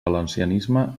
valencianisme